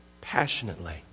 passionately